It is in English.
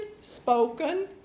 spoken